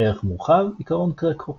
ערך מורחב – עקרון קרקהופס